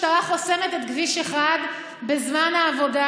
המשטרה חוסמת את כביש 1 בזמן העבודה,